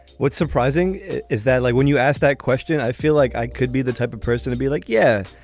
what's surprising is that like when you ask that question, i feel like i could be the type of person to be like yeah,